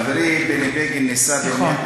וחברי בני בגין ניסה, נכון.